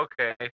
okay